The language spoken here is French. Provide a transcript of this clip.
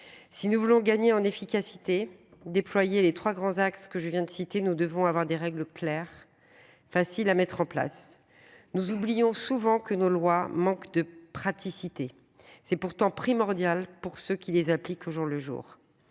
Si nous voulons gagner en efficacité déployé les 3 grands axes que je viens de citer, nous devons avoir des règles claires. Facile à mettre en place. Nous oublions souvent que nos lois manque de praticité c'est pourtant primordial pour ceux qui les appliquent au jour le jour.